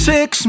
Six